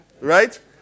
right